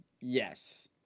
Yes